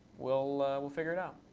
we'll we'll figure it out.